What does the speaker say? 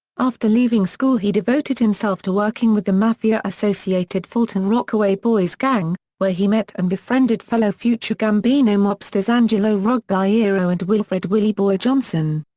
after leaving school he devoted himself to working with the mafia-associated fulton-rockaway boys gang, where he met and befriended fellow future gambino mobsters angelo ruggiero and wilfred willie boy johnson.